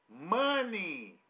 Money